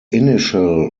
initial